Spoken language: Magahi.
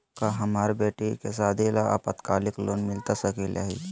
का हमरा बेटी के सादी ला अल्पकालिक लोन मिलता सकली हई?